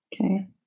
Okay